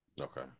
Okay